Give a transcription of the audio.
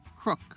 Crook